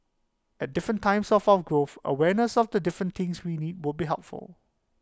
at different times of our growth awareness of the different things we need would be helpful